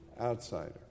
outsider